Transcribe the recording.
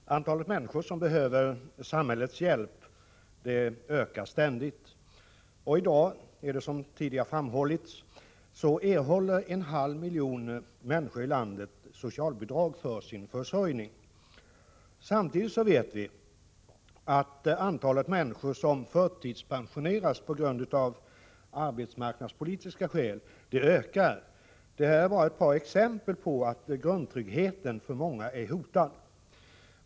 Herr talman! Antalet människor som behöver samhällets hjälp ökar ständigt. I dag erhåller, som tidigare har framhållits, en halv miljon människor i landet socialbidrag för sin försörjning. Samtidigt vet vi att antalet människor som förtidspensioneras av arbetsmarknadspolitiska skäl ökar. Det är ett par exempel på att grundtryggheten för många är hotad.